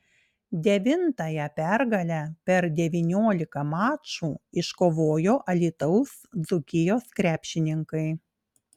devintąją pergalę per devyniolika mačų iškovojo alytaus dzūkijos krepšininkai